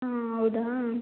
ಹಾಂ ಹೌದಾ